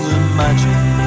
imagine